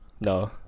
No